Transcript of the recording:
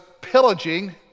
pillaging